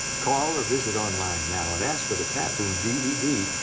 call or visit online now and ask for the pat boone dvd,